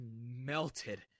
melted